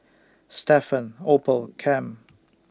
Stephan Opal Cam